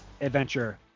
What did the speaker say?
adventure